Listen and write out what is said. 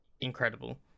incredible